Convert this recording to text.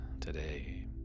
today